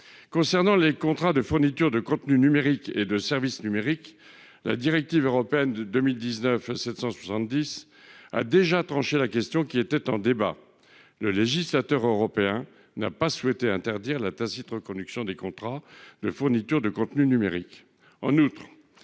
concernant les contrats de fourniture de contenus et services numériques, la directive européenne de 2019 a déjà tranché la question qui était en débat. Le législateur européen n'a pas souhaité interdire la tacite reconduction des contrats de fourniture de contenus numériques. En outre,